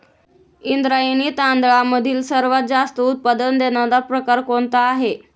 इंद्रायणी तांदळामधील सर्वात जास्त उत्पादन देणारा प्रकार कोणता आहे?